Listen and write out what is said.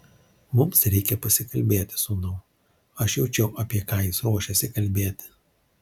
mums reikia pasikalbėti sūnau aš jaučiau apie ką jis ruošiasi kalbėti